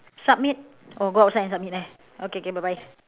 submit oh go outside and submit ah okay okay bye bye